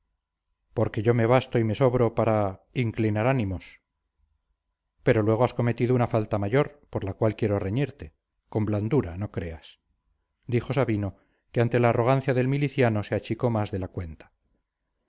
porque yo me basto y me sobro para inclinar ánimos pero luego has cometido una falta mayor por la cual quiero reñirte con blandura no creas dijo sabino que ante la arrogancia del miliciano se achicó más de la cuenta